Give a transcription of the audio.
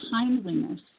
kindliness